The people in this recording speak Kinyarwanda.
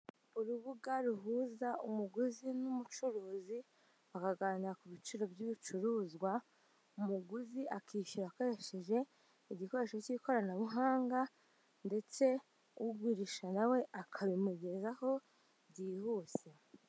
Urubuga ruhuza umuguzi n'umucuruzi akaganira ku biciro by'ibicuruzwa, umuguzi akishyura akoresheje igikoresho k'ikoranabuhanga, ndetse ugurisha nawe akabimugezaho byihuse.